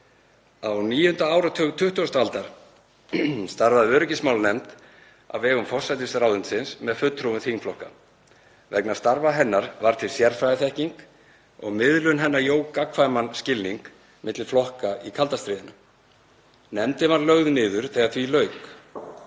áratug 20. aldar starfaði öryggismálanefnd á vegum forsætisráðuneytisins með fulltrúum þingflokka. Vegna starfa hennar varð til sérfræðiþekking og miðlun hennar jók gagnkvæman skilning milli flokka í kalda stríðinu. Nefndin var lögð niður þegar því lauk.